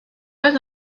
pas